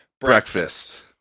breakfast